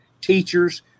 teachers